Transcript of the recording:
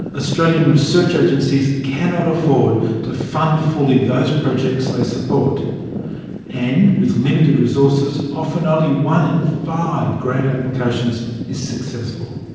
australian research agencies cannot afford to fund fully those projects they support and with limited resources, often only one in five grant applications is successful.